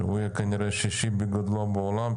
שיהיה כנראה השישי בגודלו בעולם.